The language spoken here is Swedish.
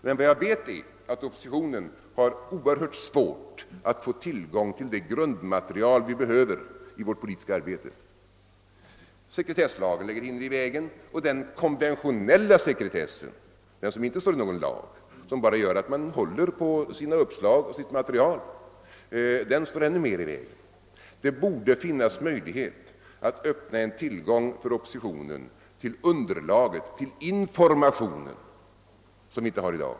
Men vad jag vet är att oppositionen har oerhört svårt att få tillgång till det grundmaterial den behöver i sitt politiska arbete. Sekretesslagen lägger hinder i vägen, och den konventionella sekretessen — den som inte återfinns i någon lag men som gör, att man håller på sina uppslag och sitt material — står ännu mera i vägen. Det borde vara möjligt att bereda tillgång för oppositionen till underlaget, till informationer som vi inte har i dag.